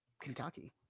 Kentucky